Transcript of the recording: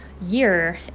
year